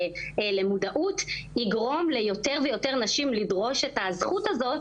ולמודעות תגרום ליותר ויותר נשים לדרוש את הזכות הזאת,